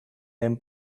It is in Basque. lehen